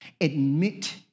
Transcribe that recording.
Admit